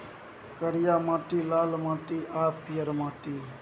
करिया माटि, लाल माटि आ पीयर माटि